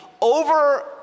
over